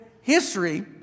history